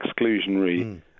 exclusionary